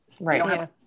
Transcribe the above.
right